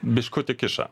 biškutį kiša